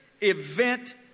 event